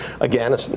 again